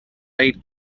aid